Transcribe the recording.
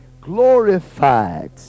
glorified